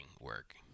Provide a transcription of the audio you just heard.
work